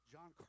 John